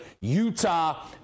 Utah